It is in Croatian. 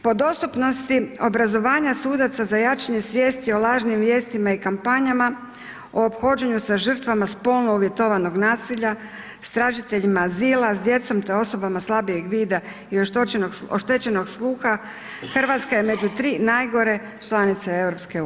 Po dostupnosti obrazovanja sudaca za jačanje svijesti o lažnim vijestima i kampanjama, o ophođenju sa žrtvama spolno uvjetovanog nasilja, s tražiteljima azila, djecom, te osobama slabijeg vida i oštećenog sluha Hrvatska je među tri najgore članice EU.